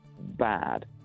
bad